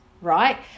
right